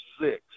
six